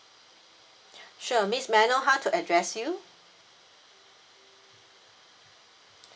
sure miss may I know how to address you